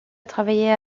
travailler